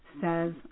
says